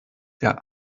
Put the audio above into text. der